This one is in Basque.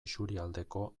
isurialdeko